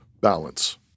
balance